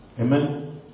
Amen